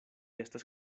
estas